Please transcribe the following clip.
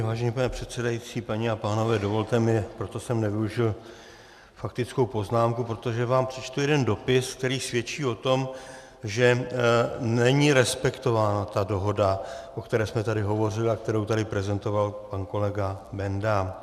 Vážený pane předsedající, paní a pánové, dovolte mi, proto jsem nevyužil faktickou poznámku, protože vám přečtu jeden dopis, který svědčí o tom, že není respektována ta dohoda, o které jsme tady hovořili a kterou tady prezentoval pan kolega Benda.